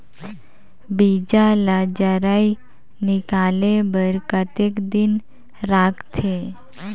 बीजा ला जराई निकाले बार कतेक दिन रखथे?